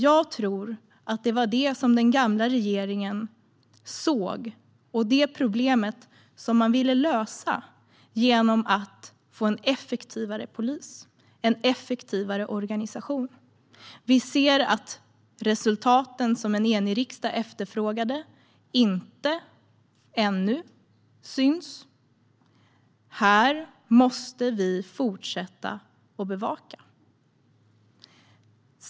Jag tror att det var detta som den gamla regeringen såg, och det var ett problem som man ville lösa genom att få en effektivare polis och organisation. De resultat som en enig riksdag efterfrågade syns ännu inte. Detta måste vi fortsätta att bevaka.